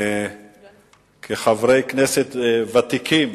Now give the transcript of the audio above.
כחברי כנסת ותיקים